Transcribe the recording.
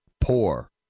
poor